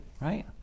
right